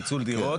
פיצול דירות,